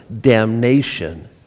damnation